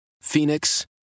Phoenix